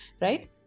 right